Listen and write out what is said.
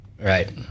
Right